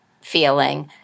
feeling